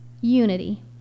unity